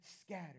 scattered